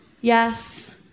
Yes